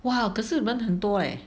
!wah! 可是人很多 leh